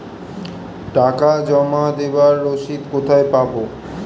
টাকা জমা দেবার রসিদ কোথায় পাব?